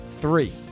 Three